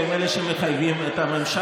והם אלה שמחייבים את הממשלה.